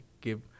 give –